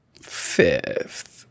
Fifth